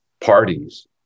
parties